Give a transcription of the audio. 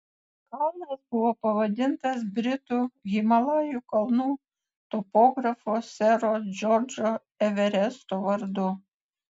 kalnas buvo pavadintas britų himalajų kalnų topografo sero džordžo everesto vardu